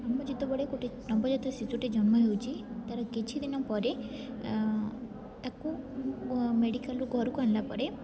ଆମ ଯେତେବେଳେ ଗୋଟେ ନବଜାତ ଶିଶୁଟେ ଜନ୍ମ ହେଉଛି ତା'ର କିଛି ଦିନ ପରେ ତାକୁ ମେଡ଼ିକାଲ୍ରୁ ଘରକୁ ଆଣିଲା ପରେ